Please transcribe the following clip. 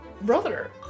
Brother